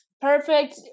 perfect